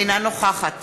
אינה נוכחת